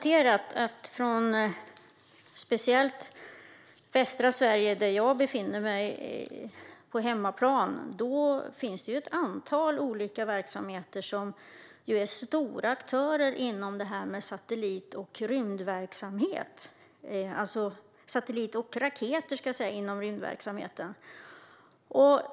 I västra Sverige, på min hemmaplan, finns det ett antal verksamheter som är stora aktörer inom satelliter och raketer i rymdverksamheten.